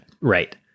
Right